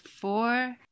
four